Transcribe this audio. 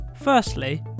Firstly